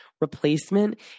replacement